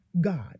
God